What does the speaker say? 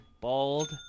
bald